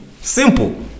Simple